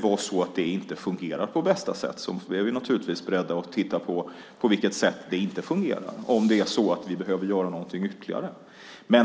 vara så att det inte fungerar på bästa sätt är vi naturligtvis beredda att titta på det för att se på vilket sätt det inte fungerar och om det är så att vi behöver göra någonting ytterligare.